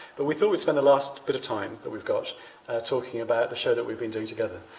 but we thought we'd spend the last bit of time that we've got talking about the show that we've been doing together.